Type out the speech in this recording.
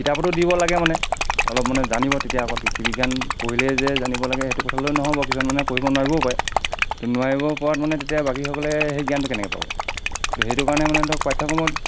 কিতাপতো দিব লাগে মানে অলপ মানে জানিব তেতিয়া অকল কৃষি বিজ্ঞান পঢ়িলেই যে জানিব লাগে সেইটো কথালৈ নহয় বাৰু কিছুমান মানে পঢ়িব নোৱাৰিবও পাৰে তো নোৱাৰিবও পৰাত মানে তেতিয়া বাকীসকলে সেই জ্ঞানটো কেনেকৈ পাব ত' সেইটো কাৰণে মানে ধৰক পাঠ্যক্ৰমত